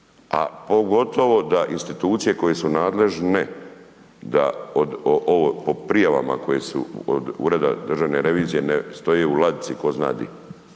a pogotovo da institucije koje su nadležne da od ovo po prijavama koje su od Ureda državne revizije ne stoje u ladici tko zna di.